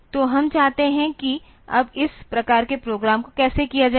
तो हम चाहते हैं कि अब इस प्रकार का प्रोग्राम को कैसे किया जाए